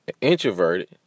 introverted